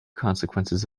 consequences